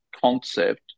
concept